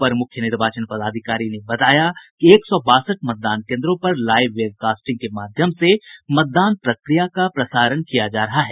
अपर मुख्य निर्वाचन पदाधिकारी ने बताया कि एक सौ बासठ मतदान केन्द्रों पर लाइव वेबकास्टिंग के माध्यम से मतदान प्रक्रिया का प्रसारण किया जा रहा है